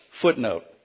footnote